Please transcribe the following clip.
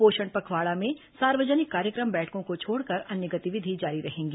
पोषण पखवाड़ा में सार्वजनिक कार्यक्रम बैठकों को छोड़कर अन्य गतिविधि जारी रहेंगी